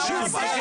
כל חוק.